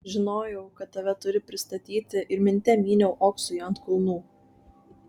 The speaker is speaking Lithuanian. žinojau kad tave turi pristatyti ir minte myniau oksui ant kulnų